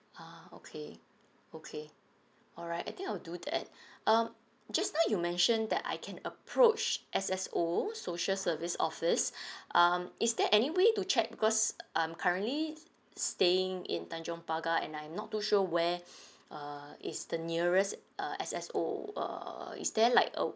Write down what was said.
ha okay okay all right I think I'll do that um just now you mentioned that I can approach S_S_O social service office um is there any way to check because I'm currently staying in tanjong pagar and I'm not too sure where err is the nearest uh S_S_O err is there like uh